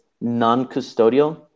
non-custodial